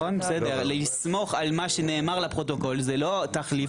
לסמוך על מה שנאמר לפרוטוקול זה לא תחליף